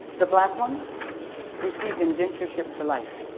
the black one received indentureship for life.